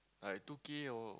I two K or